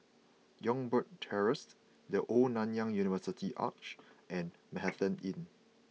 Youngberg Terrace The Old Nanyang University Arch and Manhattan Inn